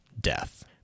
death